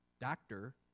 doctor